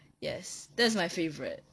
yes that's my favourite